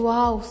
Wow